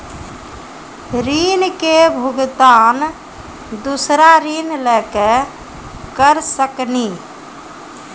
ऋण के भुगतान दूसरा ऋण लेके करऽ सकनी?